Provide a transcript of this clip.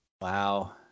Wow